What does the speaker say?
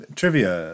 trivia